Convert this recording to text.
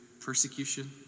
persecution